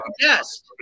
yes